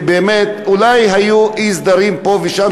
אולי היו אי-סדרים פה ושם,